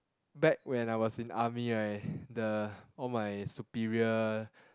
back when I was in army right the all my superior